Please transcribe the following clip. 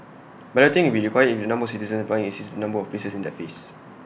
balloting will be required if the number of citizens applying exceeds the number of places in that phase